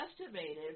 estimated